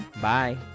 bye